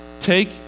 take